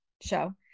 show